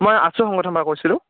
মই আছু সংগঠনৰ পৰা কৈছিলোঁ